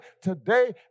today